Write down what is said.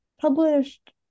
published